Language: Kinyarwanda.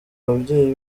ababyeyi